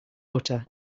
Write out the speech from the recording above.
butter